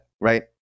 right